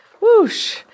Whoosh